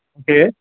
okay